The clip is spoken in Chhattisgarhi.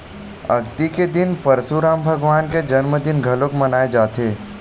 अक्ती के दिन परसुराम भगवान के जनमदिन घलोक मनाए जाथे